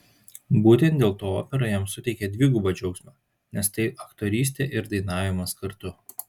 būtent dėl to opera jam suteikia dvigubą džiaugsmą nes tai aktorystė ir dainavimas kartu